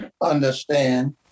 understand